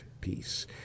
peace